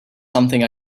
something